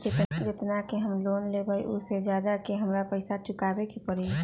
जेतना के हम लोन लेबई ओ से ज्यादा के हमरा पैसा चुकाबे के परी?